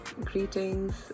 greetings